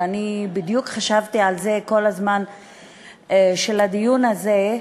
ואני בדיוק חשבתי על זה כל הזמן בדיון הזה,